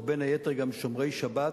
ובין היתר גם שומרי שבת,